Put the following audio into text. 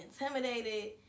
intimidated